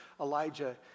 Elijah